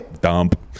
Dump